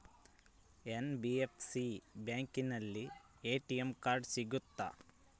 NBFC ಬ್ಯಾಂಕಿನಲ್ಲಿ ATM card ಸಿಗುತ್ತಾ?